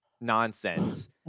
nonsense